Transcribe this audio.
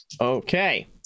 Okay